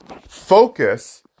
focus